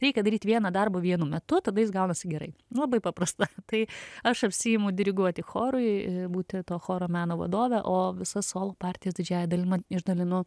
reikia daryti vieną darbą vienu metu tada jis gaunasi gerai labai paprasta tai aš apsiimu diriguoti chorui ir būti to choro meno vadove o visas solo partijas didžiąja dalim išdalinu